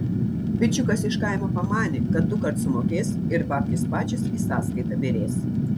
bičiukas iš kaimo pamanė kad dukart sumokės ir babkės pačios į sąskaitą byrės